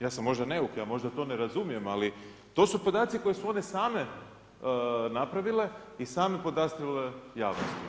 Ja sam možda neuk, ja možda to ne razumijem, ali to su podaci koje su one same napravile i same podastirale javnost.